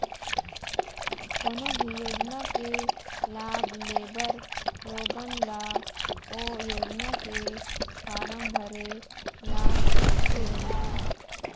कोनो भी योजना के लाभ लेबर लोगन ल ओ योजना के फारम भरे ल परथे